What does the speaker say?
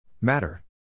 Matter